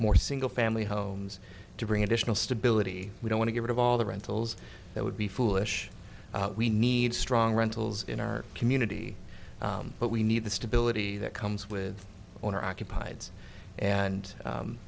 more single family homes to bring additional stability we don't to get rid of all the rentals that would be foolish we need strong rentals in our community but we need the stability that comes with owner occupied and